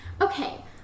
okay